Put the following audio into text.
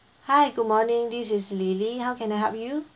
hi good morning this is lily how can I help you